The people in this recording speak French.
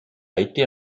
été